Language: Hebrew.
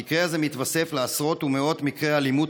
המקרה הזה מתווסף לעשרות ומאות מקרי אלימות